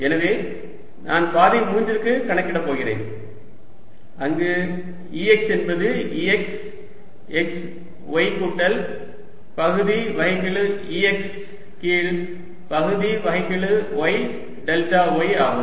எனவே நான் பாதை 3 க்கு கணக்கிடப் போகிறேன் அங்கு Ex என்பது Ex x y கூட்டல் பகுதி வகைக்கெழு Ex கீழ் பகுதி வகைக்கெழு y டெல்டா y ஆக இருக்கும்